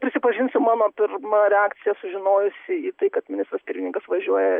prisipažinsiu mano pirma reakcija sužinojus į tai kad ministras pirmininkas važiuoja